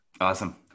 Awesome